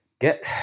get